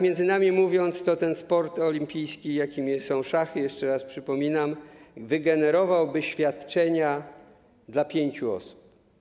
Między nami mówiąc, ten sport olimpijski, jakim są szachy, jeszcze raz przypominam, wygenerowałby świadczenia dla pięciu osób.